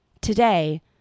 Today